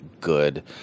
good